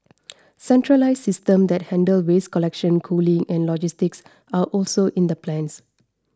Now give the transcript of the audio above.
centralised systems that handle waste collection cooling and logistics are also in the plans